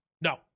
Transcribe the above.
No